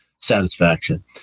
satisfaction